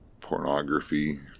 pornography